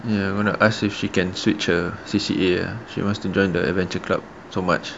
ya when I asked her if she can switch her C_C_A ah she wants to join the adventure club so much